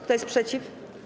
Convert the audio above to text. Kto jest przeciw?